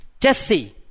Jesse